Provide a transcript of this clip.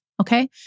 okay